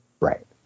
Right